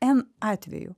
n atveju